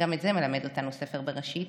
גם את זה מלמד אותנו ספר בראשית,